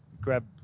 grab